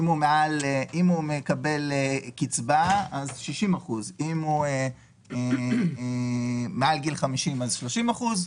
אם הוא מקבל קצבה - 60%, אם הוא מעל גיל 50 30%,